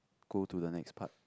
go to the next part